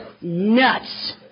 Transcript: nuts